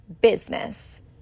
business